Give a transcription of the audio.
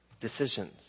Decisions